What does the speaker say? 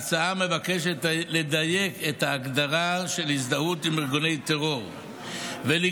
ההצעה מבקשת לדייק את ההגדרה של הזדהות עם ארגוני טרור ולקבוע